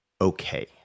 okay